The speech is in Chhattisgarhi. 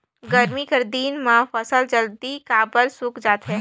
गरमी कर दिन म फसल जल्दी काबर सूख जाथे?